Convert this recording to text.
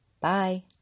bye